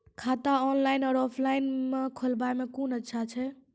खाता ऑनलाइन और ऑफलाइन म खोलवाय कुन अच्छा छै?